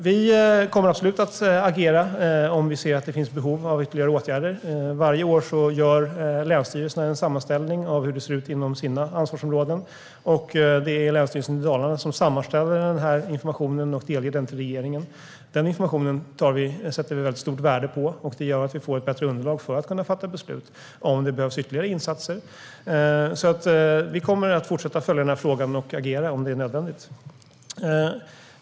Vi kommer absolut att agera om vi ser att det finns behov av ytterligare åtgärder. Varje år gör länsstyrelserna en sammanställning av hur det ser ut inom deras ansvarsområden. Länsstyrelsen i Dalarna sammanställer och delger regeringen informationen. Vi sätter stort värde på denna information, som gör att vi får ett bättre underlag för att kunna fatta beslut om huruvida det behövs ytterligare insatser. Vi kommer att fortsätta att följa denna fråga, och vi kommer att agera om det är nödvändigt.